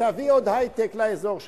תביא עוד היי-טק לאזור שלך.